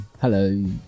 hello